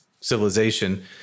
civilization